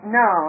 no